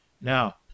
Now